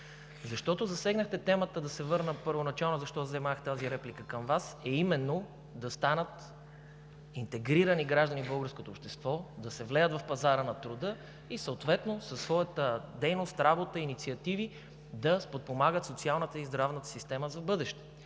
Защото засегнахте темата – да се върна първоначално, защо взех тази реплика към Вас – именно да станат интегрирани граждани в българското общество, да се влеят в пазара на труда и съответно със своята дейност, работа и инициативи да подпомагат социалната и здравната система в бъдеще.